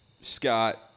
Scott